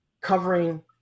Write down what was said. covering